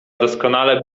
doskonale